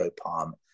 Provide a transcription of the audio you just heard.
palm